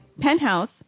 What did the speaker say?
penthouse